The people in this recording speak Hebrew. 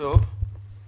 ועדת החוץ וביטחון האחרונה,